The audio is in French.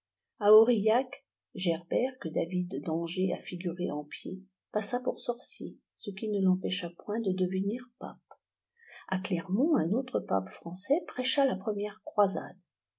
a aurillac gerbert que david d'angers a figuré en pied passa pour sorcier ce qui ne l'empêcha point de devenir pape a clermont un autre pape français prêcha la première croisade